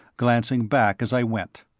glancing back as i went.